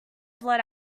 blurt